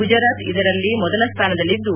ಗುಜರಾತ್ ಇದರಲ್ಲಿ ಮೊದಲ ಸ್ವಾನದಲ್ಲಿದ್ದು